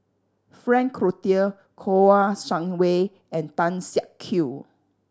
Frank Cloutier Kouo Shang Wei and Tan Siak Kew